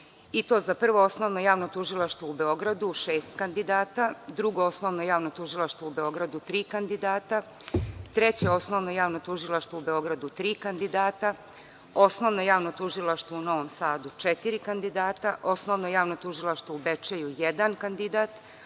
i to za: Prvo osnovno javno tužilaštvo u Beogradu, šest kandidata; Drugo osnovno javno tužilaštvo u Beogradu, tri kandidata; Treće osnovno javno tužilaštvo u Beogradu, tri kandidata; Osnovno javno tužilaštvo u Novom Sadu, četiri kandidata; Osnovno javno tužilaštvo u Bečeju, jedan kandidat;